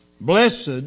Blessed